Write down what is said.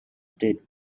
stay